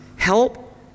help